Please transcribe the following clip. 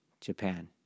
Japan